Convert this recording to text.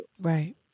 Right